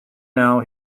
now